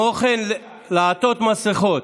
לעטות מסכות.